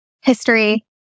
history